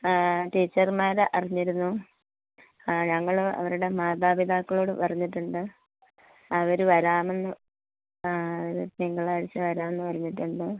ടീച്ചർമാർ അറിഞ്ഞിരുന്നു ആ ഞങ്ങൾ അവരുടെ മാതാപിതാക്കളോട് പറഞ്ഞിട്ടുണ്ട് അവർ വരാമെന്ന് ആ അവർ തിങ്കളാഴ്ച വരാമെന്ന് പറഞ്ഞിട്ടുണ്ട്